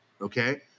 Okay